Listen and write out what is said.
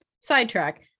sidetrack